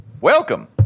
Welcome